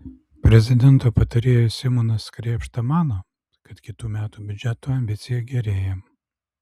prezidento patarėjas simonas krėpšta mano kad kitų metų biudžeto ambicija gerėja